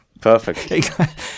Perfect